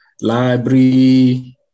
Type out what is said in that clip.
library